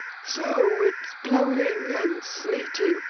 so it's blowing, and sleeting,